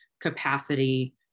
capacity